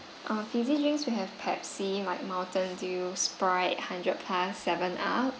uh fizzy drinks we have pepsi like mountain dew sprite hundred plus seven up